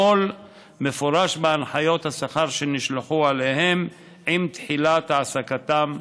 הכול מפורש בהנחיות השכר שנשלחו אליהם בתחילת העסקתם כאמור.